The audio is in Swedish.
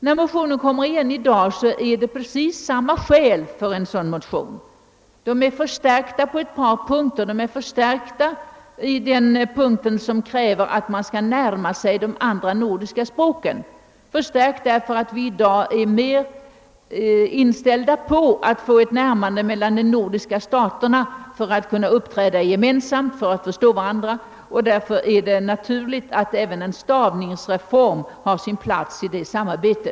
När motioner i frågan kommer igen i dag föreligger precis samma skäl för en sådan reform, och de är förstärkta på ett par punkter. Önskemålet att vi skall närma oss de andra nordiska språken är starkare i dag, eftersom vi nu är mer inställda på att få ett närmande mellan de nordiska staterna för att kunna uppträda gemensamt och för att förstå varandra. Det är naturligt att även en stavningsreform har sin plats i detta samarbete.